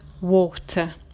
water